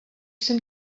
jsem